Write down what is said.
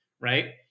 Right